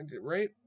right